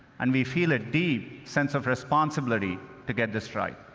and we feel a deep sense of responsibility to get this right.